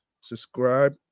Subscribe